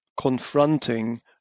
confronting